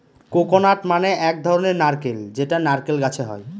coconut মানে এক ধরনের নারকেল যেটা নারকেল গাছে হয়